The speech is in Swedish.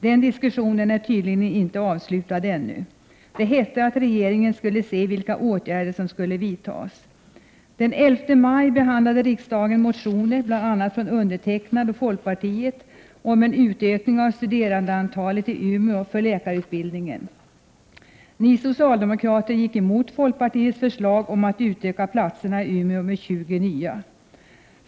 Den diskussionen är tydligen inte avslutad ännu. Det hette att regeringen skulle se vilka åtgärder som skulle vidtas. Den 11 maj behandlade riksdagen motioner, bl.a. från folkpartiet och undertecknade av mig, om en utökning av studerandeantalet i läkarutbildningen i Umeå. Ni socialdemokrater gick emot folkpartiets förslag om att utöka antalet platser i Umeå med 20 nya.